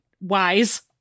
wise